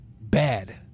bad